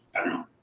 i don't